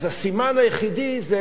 אז הסימן היחידי זה,